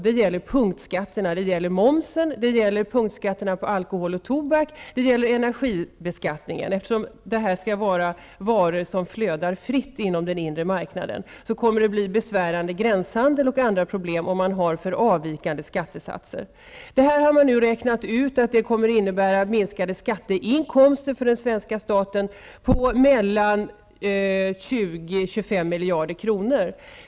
Det gäller punktskatterna, t.ex. momsen, punktskatterna på alkohol och tobak och energibeskattningen. Eftersom detta skall vara varor som flödar fritt inom den inre marknaden kommer det att bli en besvärande gränshandel och andra problem om man har för avvikande skattesatser. Man har nu räknat ut att detta kommer att innebära minskade skatteinkomster för den svenska staten på 20--25 miljarder kronor.